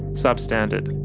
substandard.